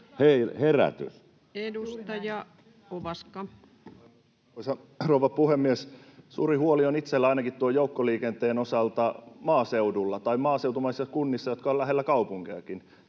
Content: Arvoisa rouva puhemies! Suuri huoli on ainakin itselläni joukkoliikenteen osalta maaseudulla tai maaseutumaisissa kunnissa, jotka ovat lähellä kaupunkejakin.